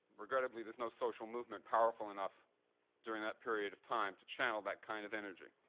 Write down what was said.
regrettably, there's no social movement powerful enough during that period of time to channel that kind of energy.